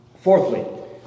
fourthly